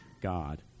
God